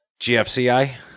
GFCI